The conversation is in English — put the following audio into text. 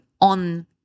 on